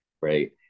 Right